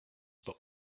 but